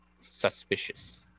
suspicious